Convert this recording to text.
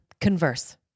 converse